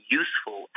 useful